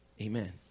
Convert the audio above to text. amen